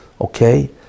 okay